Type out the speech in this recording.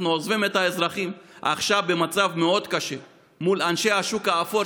אנחנו עוזבים את האזרחים עכשיו במצב מאוד קשה מול אנשי השוק האפור,